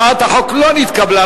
הצעת החוק לא נתקבלה.